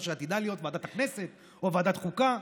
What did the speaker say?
זו שעתידה להיות ועדת הכנסת או ועדת חוקה,